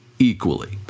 Equally